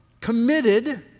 committed